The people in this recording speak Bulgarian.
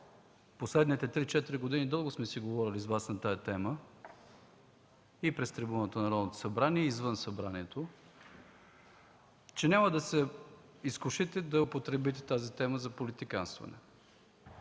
последните три-четири години дълго сме говорили с Вас на тази тема и през трибуната на Народното събрание, и извън Събранието – няма да се изкушите да употребите темата за политиканстване,